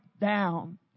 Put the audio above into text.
down